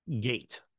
gate